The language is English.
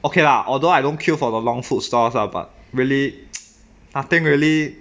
okay lah although I don't queue for the long food stalls lah but really nothing really